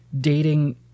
Dating